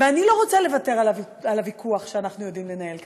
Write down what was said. ואני לא רוצה לוותר על הוויכוח שאנחנו יודעים לנהל כאן.